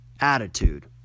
attitude